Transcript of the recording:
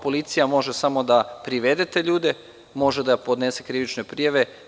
Policija može samo da privede te ljude, može da podnese krivične prijave.